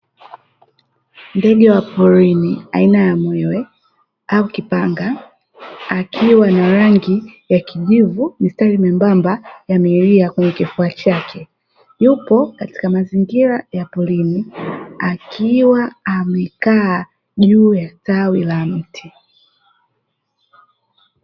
Ndege wa porini aina ya mwewe au kipanga akiwa na rangi ya kijivu, mistari myembamba ya milia kwenye kifua chake, yupo katika mazingira ya porini akiwa amekaa juu ya tawi la mti.